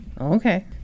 Okay